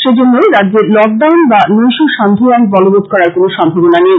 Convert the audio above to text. সেজন্য রাজ্যে লকডাউন বা নৈশ সান্ধ্য আইন বলবৎ করার কোনো সম্ভাবনা নেই